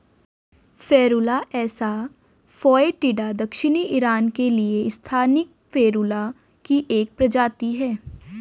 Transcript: Ferula asa foetida दक्षिणी Iran के लिए स्थानिक फेरुला की एक प्रजाति है